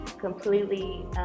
completely